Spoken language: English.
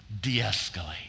De-escalate